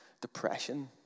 depression